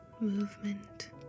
Movement